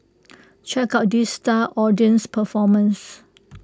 check out these star audience performers